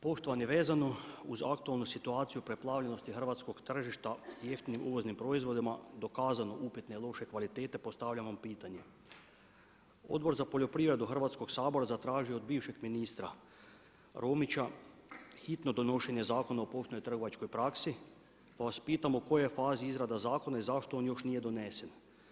Poštovani, vezano uz aktualnu situaciju preplavljenosti hrvatskog tržišta jeftinim uvoznim proizvodima dokazano upitne loše kvalitete postavljam vam pitanje Odbor za poljoprivredu Hrvatskog sabora zatražio je od bivšeg ministra Romića hitno donošenje Zakona o poštenoj hrvatskoj praksi pa vas pitam u kojoj je fazi izrada zakona i zašto on još nije donesen?